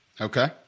Okay